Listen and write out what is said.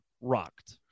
rocked